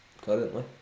currently